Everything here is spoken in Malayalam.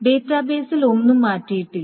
ഡാറ്റാബേസിൽ ഒന്നും മാറ്റിയിട്ടില്ല